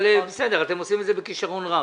אבל בסדר, אתם עושים את זה בכישרון רב.